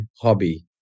hobby